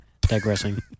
Digressing